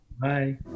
bye